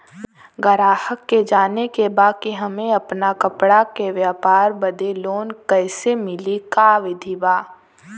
गराहक के जाने के बा कि हमे अपना कपड़ा के व्यापार बदे लोन कैसे मिली का विधि बा?